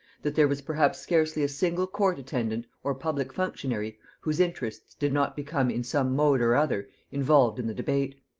that there was perhaps scarcely a single court-attendant or public functionary whose interests did not become in some mode or other involved in the debate.